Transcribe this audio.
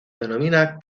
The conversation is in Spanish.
denomina